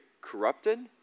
corrupted